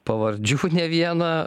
pavardžių ne vieną